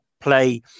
play